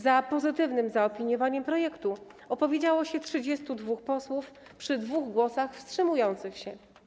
Za pozytywnym zaopiniowaniem projektu opowiedziało się 32 posłów przy dwóch głosach wstrzymujących się.